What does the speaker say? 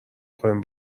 خوریم